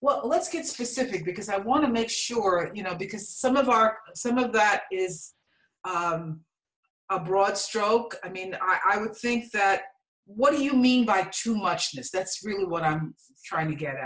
well let's get specific because i want to make sure you know because some of our some of that is a broad stroke i mean i don't think that what you mean by too much that's that's really what i'm trying to get